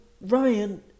Ryan